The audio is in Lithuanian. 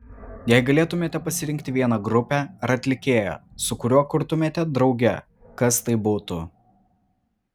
jei galėtumėte pasirinkti vieną grupę ar atlikėją su kuriuo kurtumėte drauge kas tai būtų